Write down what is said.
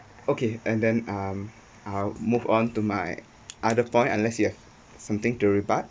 okay and then um I'll move on to my other point unless you have something to rebut